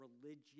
religion